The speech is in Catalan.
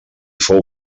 fou